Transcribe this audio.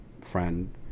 friend